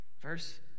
Verse